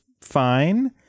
fine